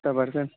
ہفتہ بھر سر